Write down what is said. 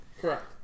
correct